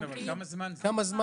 כמה זמן?